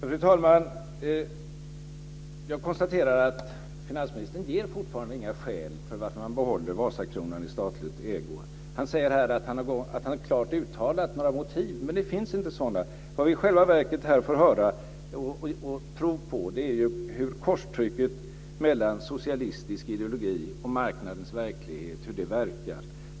Fru talman! Jag konstaterar att finansministern fortfarande inte ger några skäl till att man behåller Vasakronan i statligt ägo. Han säger att han klart uttalat några motiv, men det finns inga sådana. Vad vi i själva verket får prov på är hur "korstrycket" mellan socialistisk ideologi och marknadens verklighet verkar.